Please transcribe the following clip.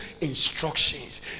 instructions